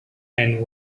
and